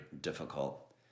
difficult